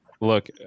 Look